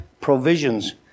provisions